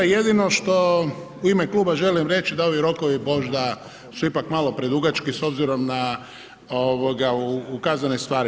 Jedino što u ime kluba želim reći da ovi rokovi možda su ipak malo predugački s obzirom na ukazane stvari.